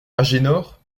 agénor